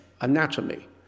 anatomy